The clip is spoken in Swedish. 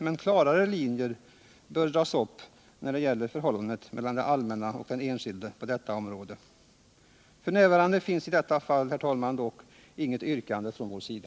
Men klarare linjer bör dras upp när det gäller förhållandet mellan det allmänna och den enskilde på detta område. F. n. finns i detta fall, herr talman, dock inget yrkande från vår sida.